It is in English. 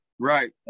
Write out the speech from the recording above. Right